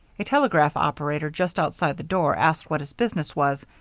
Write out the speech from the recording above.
a telegraph operator just outside the door asked what his business was,